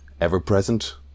ever-present